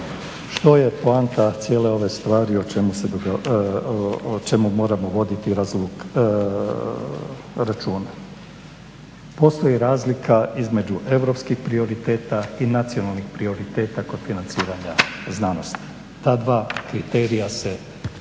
Što je poanta cijele ove stvari i o čemu moramo voditi računa? Postoji razlika između europskih prioriteta i nacionalnih prioriteta kod financiranja znanosti. Ta dva kriterija se preklapaju,